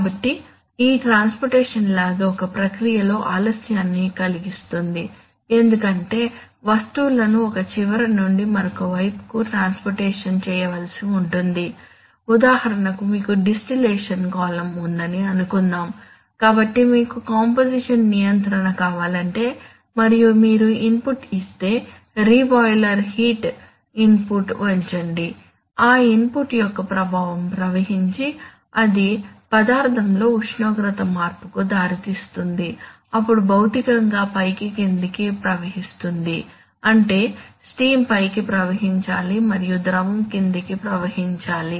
కాబట్టి ఈ transportation lag ఒక ప్రక్రియలో ఆలస్యాన్ని కలిగిస్తుంది ఎందుకంటే వస్తువులను ఒక చివర నుండి మరొక వైపుకు ట్రాన్స్పోర్టేషన్ చేయవలసి ఉంటుంది ఉదాహరణకు మీకు డిస్టిలేషన్ కాలమ్ ఉందని అనుకుందాం కాబట్టి మీకు కాంపోజిషన్ నియంత్రణ కావాలంటే మరియు మీరు ఇన్పుట్ ఇస్తే రీ బాయిలర్ హీట్ ఇన్పుట్ను పెంచండి ఆ ఇన్పుట్ యొక్క ప్రభావం ప్రవహించి అది పదార్థంలో ఉష్ణోగ్రత మార్పుకు దారితీస్తుంది అప్పుడు భౌతికంగా పైకి క్రిందికి ప్రవహిస్తుంది అంటే స్టీమ్ పైకి ప్రవహించాలి మరియు ద్రవం క్రిందికి ప్రవహించాలి